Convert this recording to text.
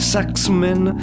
Saxman